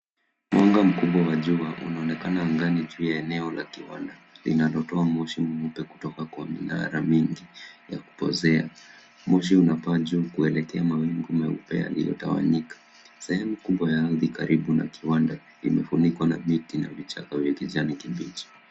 Mwanga mkubwa wa jua unaonekana angani juu ya eneo la kiwanda linalotoa moshi mweupe kutoka kwa minara mingi ya kupoozea. Moshi unapaa juu kuelekea mawingu meupe yaliyotawanyika. Sehemu kubwa ya ardhi karibu na kiwanda imefunikwa na miti na vichaka ya kijani kibichi.